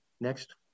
Next